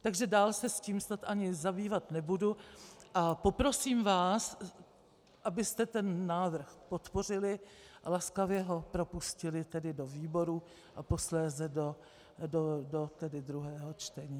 Takže dál se s tím snad ani zabývat nebudu a poprosím vás, abyste ten návrh podpořili, laskavě ho propustili do výboru a posléze do druhého čtení.